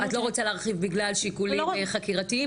את לא רוצה להרחיב בגלל שיקולים חקירתיים?